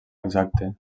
exacte